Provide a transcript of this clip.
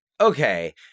Okay